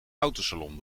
autosalon